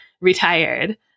retired